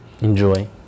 Enjoy